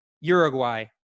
Uruguay